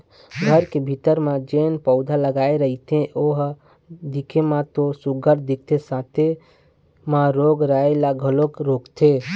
घर के भीतरी म जेन पउधा लगाय रहिथे ओ ह दिखे म तो सुग्घर दिखथे साथे म रोग राई ल घलोक रोकथे